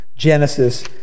Genesis